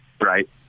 right